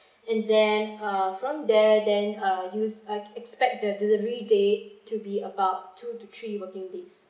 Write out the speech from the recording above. and then uh from there then uh you just expect the delivery date to be about two to three working days